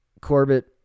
Corbett